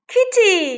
Kitty